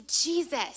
jesus